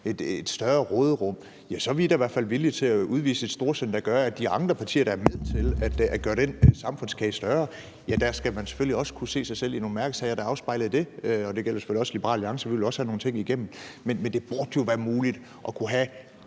et større råderum, så er vi da i hvert fald villige til at udvise et storsind, der gør, at de andre partier, der er med til at gøre samfundskagen større, selvfølgelig også skal kunne se sig selv i nogle mærkesager, der afspejler det; det gælder selvfølgelig også Liberal Alliance – vi vil også have nogle ting igennem. Men det burde jo være muligt at kunne have